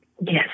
Yes